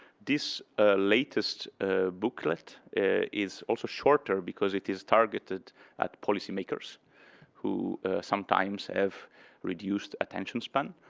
this latest booklet is also shorter because it is targeted at policy makers who sometimes have reduced attention span.